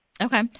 Okay